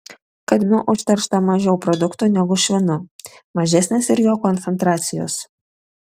kadmiu užteršta mažiau produktų negu švinu mažesnės ir jo koncentracijos